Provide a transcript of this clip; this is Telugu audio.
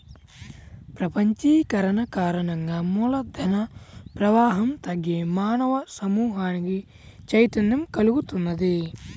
ప్రపంచీకరణ కారణంగా మూల ధన ప్రవాహం తగ్గి మానవ సమూహానికి చైతన్యం కల్గుతున్నది